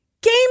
game